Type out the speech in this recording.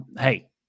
Hey